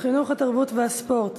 התרבות והספורט